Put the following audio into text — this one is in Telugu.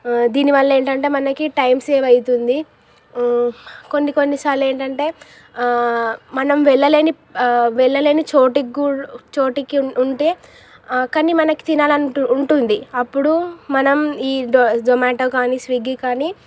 దీనివల్ల ఏంటంటే మనకి టైం సేవ్ అవుతుంది కొన్ని కొన్ని సార్లు ఏంటంటే మనం వెళ్ళలేని వెళ్ళలేని చోటుకి కూడా చోటుకు ఉంటే కానీ మనకి తినాలని ఉంటుంది అప్పుడు మనం ఈ జొమాటో కానీ స్విగ్గి కానీ